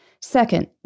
Second